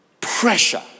pressure